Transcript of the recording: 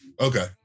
Okay